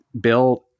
Bill